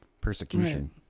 persecution